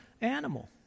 animal